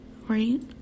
Right